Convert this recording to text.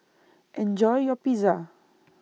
Enjoy your Pizza